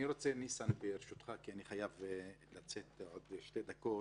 ניסן, ברשותך, אני חייב לצאת בעוד שתי דקות.